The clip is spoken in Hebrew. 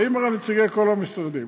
באים נציגי כל המשרדים.